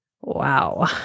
Wow